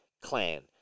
clan